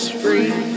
free